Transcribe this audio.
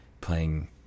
playing